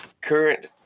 current